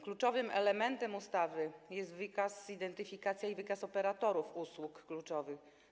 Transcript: Kluczowym elementem ustawy jest wykaz, identyfikacja i wykaz operatorów usług kluczowych.